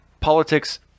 Politics